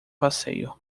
passeio